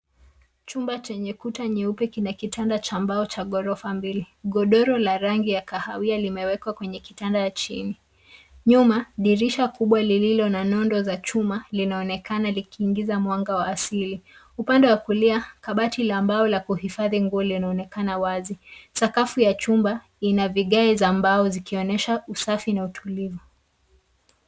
Chumba chenye kuta nyeupe kina kitanda cha mbao cha ghorofa mbili. Godoro la rangi ya kahawia limewekwa kwenye kitanda ya chini. Nyuma, dirisha kubwa lililo na nundu za chuma linaonekana likiingiza mwanga wa asili. Upande wa kulia, kabati la mbao la kuhifadhi nguo linaonekana wazi. Sakafu ya chumba ina vigae za mbao, zikionyesha usafi na utulivu.